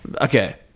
Okay